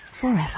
forever